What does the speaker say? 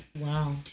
wow